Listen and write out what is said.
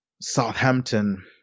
Southampton